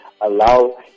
allow